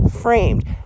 framed